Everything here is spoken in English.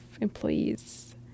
employees